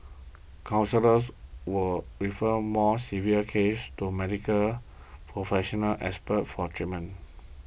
counsellors will refer more severe cases to Medical Professional Experts for treatment